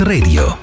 Radio